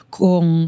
kung